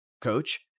coach